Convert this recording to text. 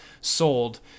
sold